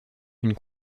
une